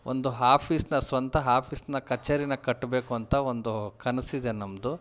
ಒಂದು ಆಫೀಸನ್ನ ಸ್ವಂತ ಆಫೀಸನ್ನ ಕಚೇರಿನ ಕಟ್ಟಬೇಕು ಅಂತ ಒಂದು ಕನಸಿದೆ ನಮ್ಮದು